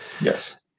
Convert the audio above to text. Yes